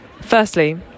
Firstly